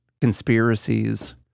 conspiracies